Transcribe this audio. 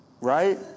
Right